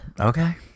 Okay